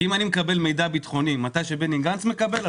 כי אם אני מקבל מידע ביטחוני כשבני גנץ מקבל,